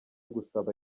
gusaba